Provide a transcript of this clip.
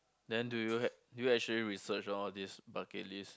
then do you do you actually research all these bucket list